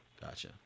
Gotcha